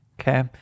Okay